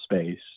space